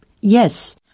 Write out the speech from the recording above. yes